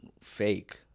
fake